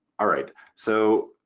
all right, so,